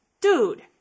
dude